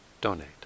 donate